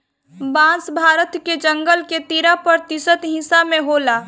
बांस भारत के जंगल के तेरह प्रतिशत हिस्सा पर होला